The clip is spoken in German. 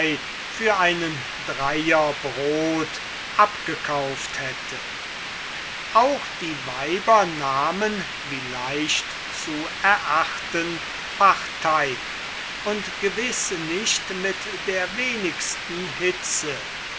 für einen dreier brot abgekauft hätte auch die weiber nahmen wie leicht zu erachten partei und gewiß nicht mit der wenigsten hitze